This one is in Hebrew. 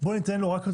ניתן לו לדבר,